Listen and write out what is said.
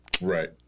Right